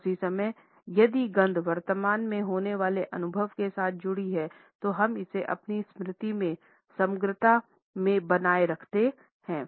उसी समय यदि गंध वर्तमान में होने वाले अनुभव के साथ जुडी है तो हम इसे अपनी स्मृति में समग्रता में बनाए रखते हैं